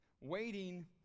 Waiting